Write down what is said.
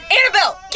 Annabelle